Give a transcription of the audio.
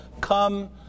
Come